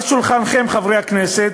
על שולחנכם, חברי הכנסת,